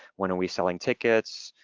when are we selling tickets?